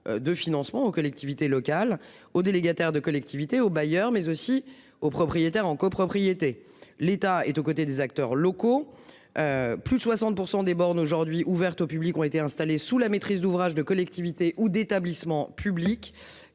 de financement aux collectivités locales aux délégataire de collectivités au bailleur mais aussi aux propriétaires en copropriété. L'État est aux côtés des acteurs locaux. Plus de 60% des bornes aujourd'hui ouverte au public ont été installés sous la maîtrise d'ouvrage de collectivité ou d'établissements publics